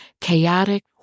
chaotic